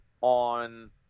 on